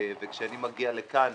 כשאני מגיע לכאן,